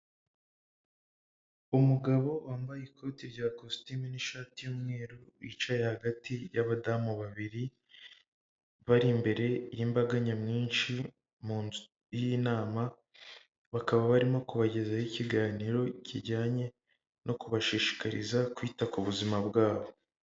Umugabo wambaye ikoti rya kositime n'ishati y'umweru, wicaye hagati y'abadamu babiri, bari imbere y'imbaga nyamwinshi mu nzu y'inama, bakaba barimo kubagezaho ikiganiro kijyanye no kubashishikariza kwita ku buzima bwabo.